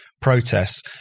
protests